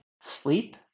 Sleep